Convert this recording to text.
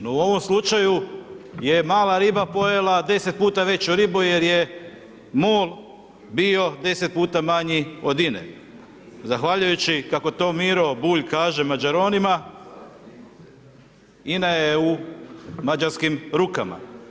No, u ovom slučaju je mala riba pojela 10 puta veću ribu jer je MOL bio 10 puta manji od INA-e zahvaljujući kako to Miro Bulj kaže Mađaronima INA je u mađarskim rukama.